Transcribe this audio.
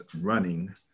running